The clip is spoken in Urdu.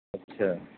اچھا